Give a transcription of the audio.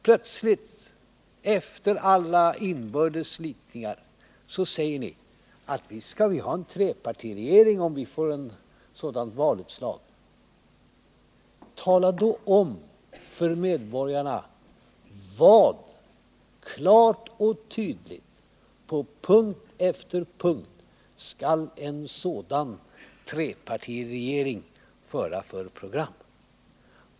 Plötsligt efter alla inbördes slitningar säger ni: Visst skall vi ha en trepartiregering, om vi får ett sådant valutslag. Tala då om för medborgarna, klart och tydligt, på punkt efter punkt: Vad skall en sådan trepartiregering föra för program?